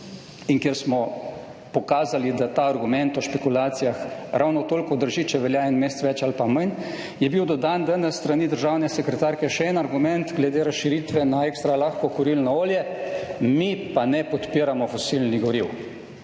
in kjer smo pokazali, da ta argument o špekulacijah ravno toliko drži, če velja en mesec več ali pa manj, je bil dodan danes s strani državne sekretarke še en argument glede razširitve na ekstra lahko kurilno olje, mi pa ne podpiramo fosilnih goriv,